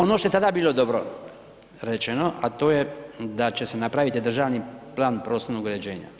Ono što je tada bilo dobro rečeno, a to je da će se napraviti državni plan prostornog uređenja.